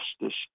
justice